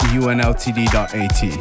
unltd.at